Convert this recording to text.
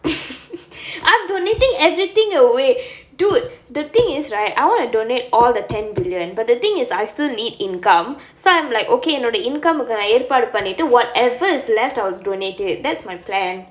I'm donating everything away dude the thing is right I wanna donate all the ten billion but the thing is I still need income so I'm like okay என்னோட:ennoda income க்கு நா ஏற்பாடு பண்ணிட்டு:kku naa erpaadu pannittu whatever is left I will donate it that's my plan